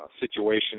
situation